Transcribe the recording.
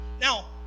Now